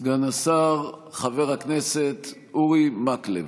סגן השר חבר הכנסת אורי מקלב.